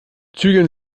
zügeln